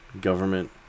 government